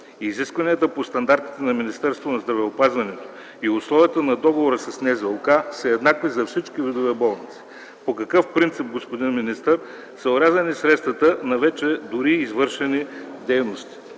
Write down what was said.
Изискванията по стандартите на Министерството на здравеопазването и условията на договора с НЗОК са еднакви за всички видове болни. Господин министър, по какъв принцип са орязани средствата на вече дори извършени дейности?